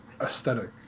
aesthetic